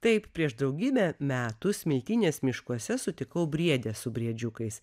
taip prieš daugybę metų smiltynės miškuose sutikau briedę su briedžiukais